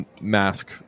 mask